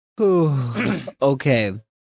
okay